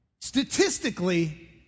Statistically